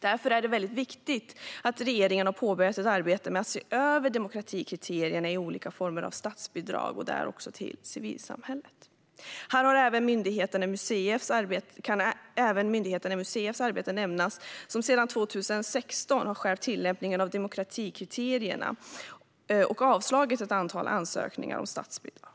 Därför är det väldigt viktigt att regeringen har påbörjat ett arbete med att se över demokratikriterierna i olika former av statsbidrag även till civilsamhället. Här kan även myndigheten MUCF:s arbete nämnas, som sedan 2016 har skärpt tillämpningen av demokratikriteriet och avslagit ett antal ansökningar om statsbidrag.